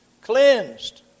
Cleansed